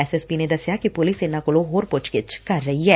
S S P ਨੇ ਦਸਿਆ ਕਿ ਪੁਲਿਸ ਇਨਾਂ ਕੋਲੋ' ਹੋਰ ਪੁੱਛਗਿਂਛ ਕਰ ਰਹੀ ਐ